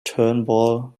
turnbull